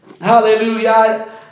Hallelujah